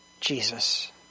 Jesus